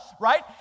right